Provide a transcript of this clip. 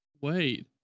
Wait